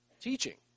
teaching